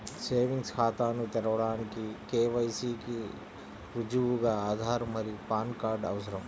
savings ఖాతాను తెరవడానికి KYC కి రుజువుగా ఆధార్ మరియు పాన్ కార్డ్ అవసరం